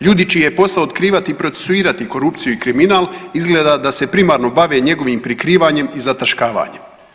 Ljudi čiji je posao otkrivati i procesuirati korupciju i kriminal, izgleda da se primarno bave njegovim prikrivanjem i zataškavanjem.